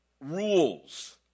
rules